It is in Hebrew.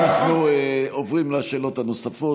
אנחנו עוברים לשאלות הנוספות.